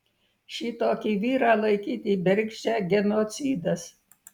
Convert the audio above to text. šitokį vyrą laikyti bergždžią genocidas